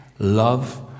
Love